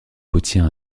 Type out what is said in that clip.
potiers